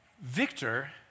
Victor